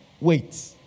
wait